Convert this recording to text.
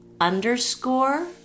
underscore